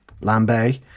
Lambay